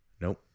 Nope